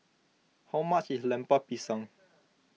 how much is Lemper Pisang